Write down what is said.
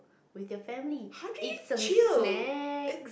with your family eat some snack